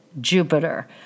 Jupiter